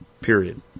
period